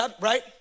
Right